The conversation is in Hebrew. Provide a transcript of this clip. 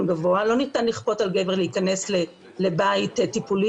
גבוה לא ניתן לכפות על גבר להיכנס לבית טיפולי,